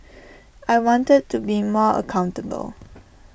I wanted to be more accountable